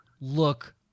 look